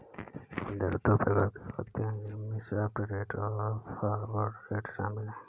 विनिमय दर दो प्रकार के होते है जिसमे स्पॉट रेट और फॉरवर्ड रेट शामिल है